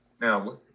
Now